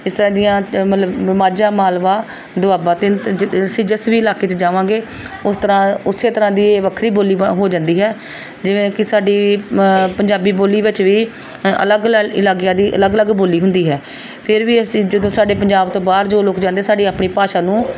ਇਸ ਤਰ੍ਹਾਂ ਦੀਆਂ ਮਤਲਬ ਮਾਝਾ ਮਾਲਵਾ ਦੋਆਬਾ ਤਿੰਨ ਤਿੰਨ ਅਸੀਂ ਜਿਸ ਵੀ ਇਲਾਕੇ 'ਚ ਜਾਵਾਂਗੇ ਉਸ ਤਰ੍ਹਾਂ ਉਸ ਤਰ੍ਹਾਂ ਦੀ ਵੱਖਰੀ ਬੋਲੀ ਬ ਹੋ ਜਾਂਦੀ ਹੈ ਜਿਵੇਂ ਕਿ ਸਾਡੀ ਪੰਜਾਬੀ ਬੋਲੀ ਵਿੱਚ ਵੀ ਅਲੱਗ ਅ ਇਲਾਕਿਆਂ ਦੀ ਅਲੱਗ ਅਲੱਗ ਬੋਲੀ ਹੁੰਦੀ ਹੈ ਫਿਰ ਵੀ ਅਸੀਂ ਜਦੋਂ ਸਾਡੇ ਪੰਜਾਬ ਤੋਂ ਬਾਹਰ ਜੋ ਲੋਕ ਜਾਂਦੇ ਹੈ ਸਾਡੀ ਆਪਣੀ ਭਾਸ਼ਾ ਨੂੰ